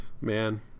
Man